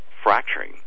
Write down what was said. fracturing